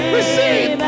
Receive